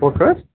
پھۅکھ حظ